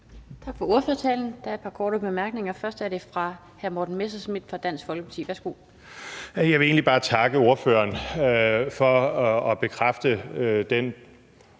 Tak for ordførertalen. Der er et par korte bemærkninger. Først er det fra hr. Morten Messerschmidt fra Dansk Folkeparti. Værsgo. Kl. 13:32 Morten Messerschmidt (DF): Jeg vil egentlig bare takke ordføreren for at bekræfte den